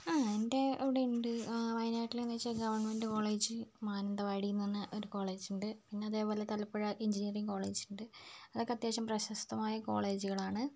ആ എൻ്റെ ഇവിടെ ഉണ്ട് ആ വയനാട്ടിൽ എന്ന് വെച്ചാൽ ഗവൺമെൻറ്റ് കോളേജ് മാനന്തവാടി എന്ന് പറഞ്ഞ ഒരു കോളേജ് ഉണ്ട് പിന്നെ അതേപോലെ തലപ്പുഴ എഞ്ചിനീയറിംഗ് കോളേജ് ഉണ്ട് അതൊക്കെ അത്യാവശ്യം പ്രശസ്തമായ കോളേജുകളാണ്